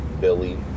Billy